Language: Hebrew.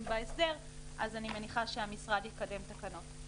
בהסדר אז אני מניחה שהמשרד יקדם תקנות.